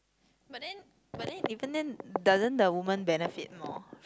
but then but then even then doesn't the women benefit more